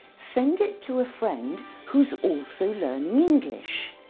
send it to a friend who's also learning english.